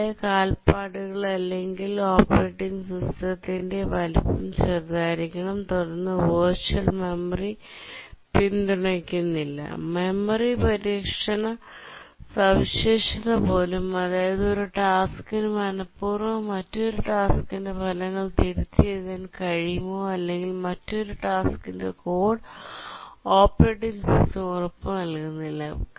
ഇവിടെ കാൽപ്പാടുകൾ അല്ലെങ്കിൽ ഓപ്പറേറ്റിംഗ് സിസ്റ്റത്തിന്റെ വലുപ്പം ചെറുതായിരിക്കണം തുടർന്ന് വിർച്വൽ മെമ്മറിപിന്തുണയ്ക്കുന്നില്ല മെമ്മറി പരിരക്ഷണ സവിശേഷത പോലും അതായത് ഒരു ടാസ്ക്കിന് മനപൂർവ്വം മറ്റൊരു ടാസ്ക്കിന്റെ ഫലങ്ങൾ തിരുത്തിയെഴുതാൻ കഴിയുമോ അല്ലെങ്കിൽ മറ്റൊരു ടാസ്ക്കിന്റെ കോഡ് ഓപ്പറേറ്റിംഗ് സിസ്റ്റം ഉറപ്പു നൽകുന്നില്ല